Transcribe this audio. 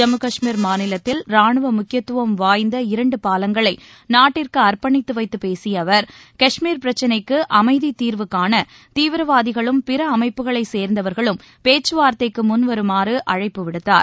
ஜம்மு கஷ்மீர் மாநிலத்தில் ராணுவ முக்கியத்துவம் வாய்ந்த இரண்டு பாலங்களை நாட்டிற்கு அர்ப்பணித்து வைத்துப் பேசிய அவர் கஷ்மீர் பிரச்னைக்கு அமைதி தீர்வு காண தீவிரவாதிகளும் பிற அமைப்புகளைச் சேர்ந்தவர்களும் பேச்சுவார்த்தைக்கு முன்வருமாறு அழைப்பு விடுத்தார்